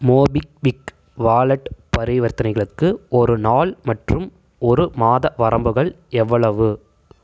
MobiKwik wallet பரிவர்த்தனைகளுக்கு ஒரு நாள் மற்றும் ஒரு மாத வரம்புகள் எவ்வளவு